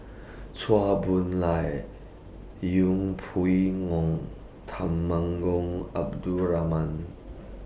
Chua Boon Lay Yeng Pway Ngon Temenggong Abdul Rahman